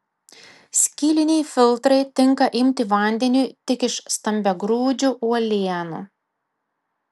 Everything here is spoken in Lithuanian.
skyliniai filtrai tinka imti vandeniui tik iš stambiagrūdžių uolienų